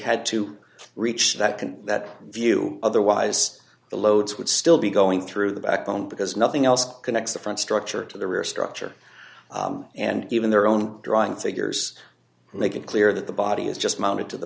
had to reach that can that view otherwise the loads would still be going through the backbone because nothing else connects the front structure to the rear structure and even their own drawing three years make it clear that the body is just mounted to the